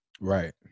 Right